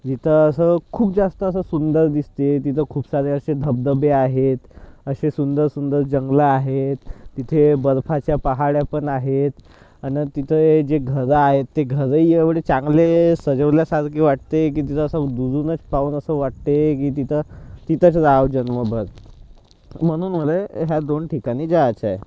तिथं असं खूप जास्त असं सुंदर दिसते तिथे खूप सारे असे धबधबे आहेत असे सुंदर सुंदर जंगलं आहेत तिथे बर्फाच्या पहाड्या पण आहेत आणि तिथं हे जे घरं आहेत ते घरंही एवढे चांगले सजवल्यासारखे वाटते की तिथं असं दुरूनच पाहून असं वाटते की तिथं तिथंच रहावं जन्मभर म्हणून मला ह्या दोन ठिकाणी जायचं आहे